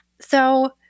so-